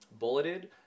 bulleted